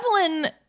Evelyn